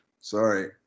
Sorry